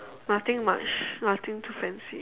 nothing much nothing too fancy